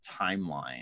timeline